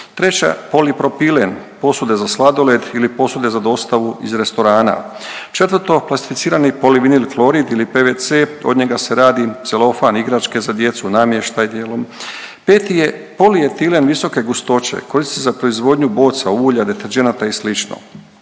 treća polipropilen, posude za sladoled ili posude za dostavu iz restorana. Četvrto, plastificirani poli(vinil-klorid) ili PVC, od njega se radi celofan, igračke za djecu, namještaj dijelom, peti je polietilen visoke gustoće, koristi se za proizvodnju boca, ulja, deterdženata i sl.